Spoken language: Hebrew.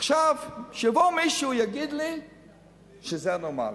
עכשיו, שיבוא מישהו ויגיד לי שזה הנורמלי.